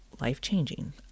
life-changing